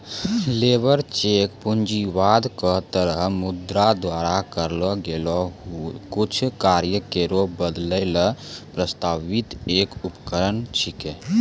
labour check पूंजीवाद क तहत मुद्रा द्वारा करलो गेलो कुछ कार्य केरो बदलै ल प्रस्तावित एक उपकरण छिकै